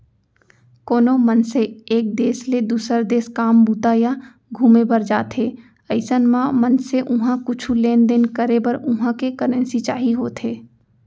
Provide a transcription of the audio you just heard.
कोनो मनसे एक देस ले दुसर देस काम बूता या घुमे बर जाथे अइसन म मनसे उहाँ कुछु लेन देन करे बर उहां के करेंसी चाही होथे